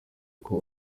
uko